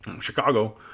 Chicago